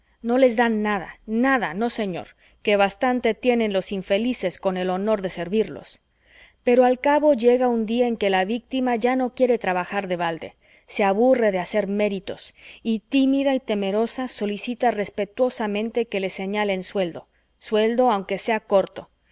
no les dan nada nada no señor que bastante tienen los infelices con el honor de servirlos pero al cabo llega un día en que la víctima ya no quiere trabajar de balde se aburre de hacer méritos y tímida y temerosa solicita respetuosamente que le señalen sueldo sueldo aunque sea corto